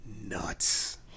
nuts